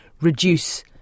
reduce